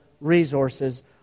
resources